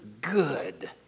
good